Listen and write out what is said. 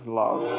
love